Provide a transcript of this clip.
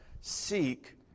seek